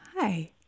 Hi